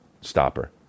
stopper